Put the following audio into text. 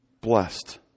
blessed